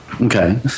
Okay